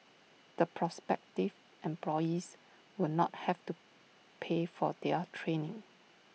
the prospective employees will not have to pay for their training